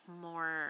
more